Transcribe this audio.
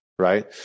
right